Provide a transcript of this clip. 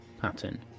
Pattern